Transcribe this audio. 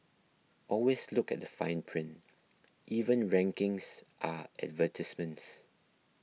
always look at the fine print even rankings are advertisements